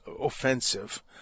offensive